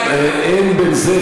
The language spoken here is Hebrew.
אין בין זה,